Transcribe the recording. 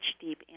deep